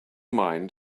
mind